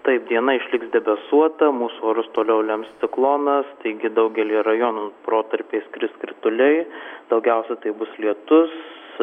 taip diena išliks debesuota mūsų orus toliau lems ciklonas taigi daugelyje rajonų protarpiais kris krituliai daugiausia tai bus lietus